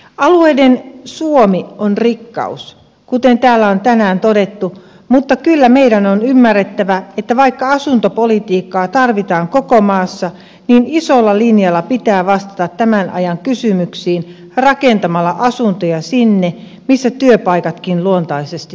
alueiden suomi on rikkaus kuten täällä on tänään todettu mutta kyllä meidän on ymmärrettävä että vaikka asuntopolitiikkaa tarvitaan koko maassa niin isolla linjalla pitää vastata tämän ajan kysymyksiin rakentamalla asuntoja sinne missä työpaikatkin luontaisesti syntyvät